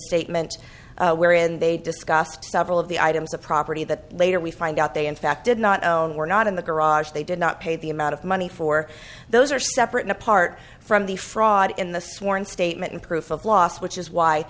statement wherein they discussed several of the items of property that later we find out they in fact did not own were not in the garage they did not pay the amount of money for those are separate and apart from the fraud in the sworn statement and proof of loss which is why